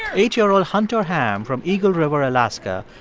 eight-year-old hunter hamm from eagle river, alaska,